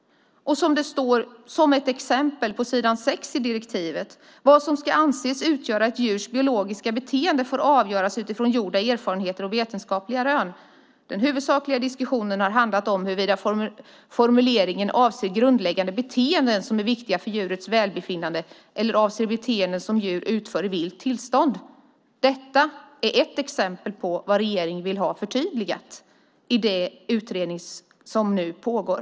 På s. 6 i direktivet står det: "Vad som skall anses utgöra ett djurs biologiska beteende får avgöras utifrån gjorda erfarenheter och vetenskapliga rön. Den huvudsakliga diskussionen har handlat om huruvida formuleringen avser grundläggande beteenden som är viktiga för djurets välbefinnande eller avser beteenden som djur utför i vilt tillstånd." Detta är ett exempel på vad regeringen vill ha förtydligat i den utredning som pågår.